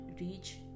reach